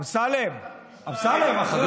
אחר